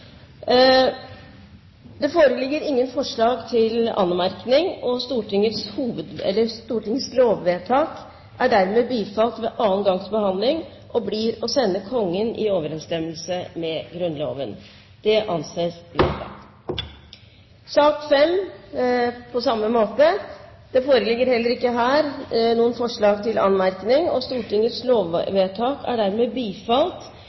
Det foreligger ingen forslag til anmerkning. Stortingets lovvedtak er dermed bifalt ved annen gangs behandling og blir å sende Kongen i overensstemmelse med Grunnloven. Det foreligger ingen forslag til anmerkning. Stortingets lovvedtak er dermed bifalt ved annen gangs behandling og